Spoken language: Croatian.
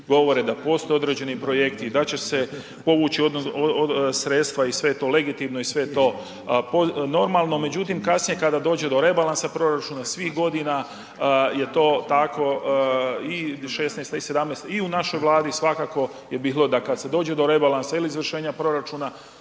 govore da postoje određeni projekti, da će se povući sredstva i sve je to legitimno i sve je to normalno, međutim, kasnije kada dođe do rebalansa proračuna svih godina je to tako i 16. i 17. i u našoj Vladi svakako je bilo da kad se dođe do rebalansa ili izvršenja proračuna,